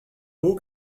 haut